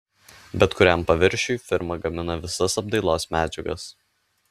bet kuriam paviršiui firma gamina visas apdailos medžiagas